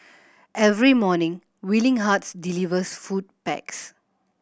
every morning Willing Hearts delivers food packs